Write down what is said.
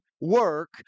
work